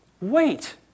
wait